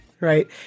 right